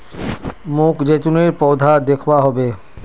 मोक जैतूनेर पौधा दखवा ह बे